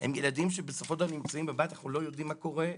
הם ילדים שבסופו של דבר נמצאים בבית ואנחנו לא יודעים מה קורה,